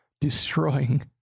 destroying